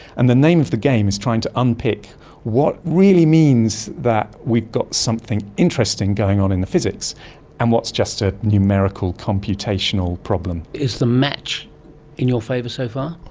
and the name of the game is trying to unpick what really means that we've got something interesting going on in the physics and what's just a numerical computational problem. is the match in your favour so far?